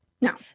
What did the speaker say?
No